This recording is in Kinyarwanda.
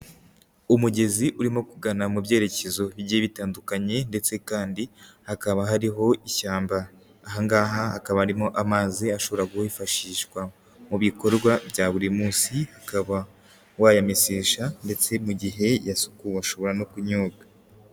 Umugezi urimo kugana mu byerekezo bigiye bitandukanye, ndetse kandi hakaba hariho ishyamba. Aha ngaha hakaba harimo amazi ashobora kwifashishwa mu bikorwa bya buri munsi, ukaba wayamesesha, ndetse mu gihe yasukuwe ushobora no kunyobwa.